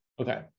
Okay